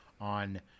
on